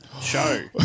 show